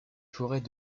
forêts